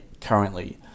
currently